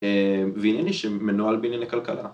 וענייני שמנוהל בענייני כלכלה.